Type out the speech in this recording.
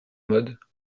modes